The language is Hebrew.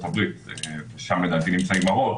ויש סנקציה פלילית?